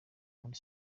muri